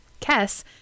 Kess